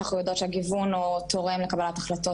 שאנחנו יודעות שהגיוון הוא תורם לקבלת החלטות